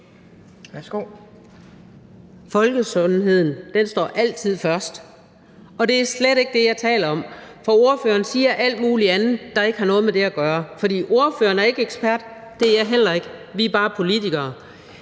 Folkesundheden står altid først, og det er slet ikke det, jeg taler om, for ordføreren siger alt muligt andet, der ikke har noget med det at gøre. For ordføreren er ikke ekspert, og det er jeg heller ikke – vi er bare politikere.